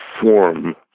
form